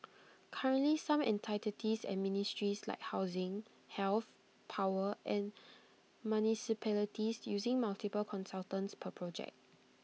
currently some entities and ministries like housing health power and municipalities use multiple consultants per project